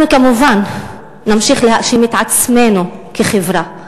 אנחנו כמובן נמשיך להאשים את עצמנו כחברה,